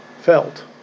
felt